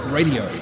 Radio